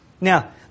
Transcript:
Now